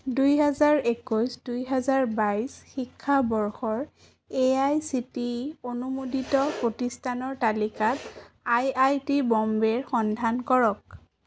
দুই হেজাৰ একৈছ দুই হেজাৰ বাইছ শিক্ষাবৰ্ষৰ এআইচিটিই অনুমোদিত প্ৰতিষ্ঠানৰ তালিকাত আই আই টি বম্বেৰ সন্ধান কৰক